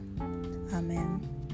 Amen